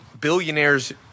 billionaires